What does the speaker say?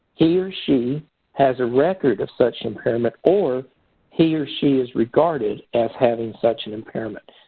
he or she has a record of such impairment, or he or she is regarded as having such an impairment.